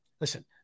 listen